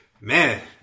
Man